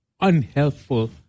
unhelpful